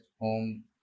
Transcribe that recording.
home